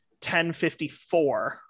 1054